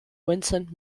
vincent